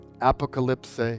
apocalypse